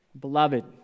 Beloved